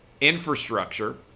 Infrastructure